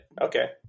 okay